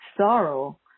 sorrow